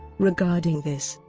regarding this,